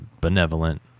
benevolent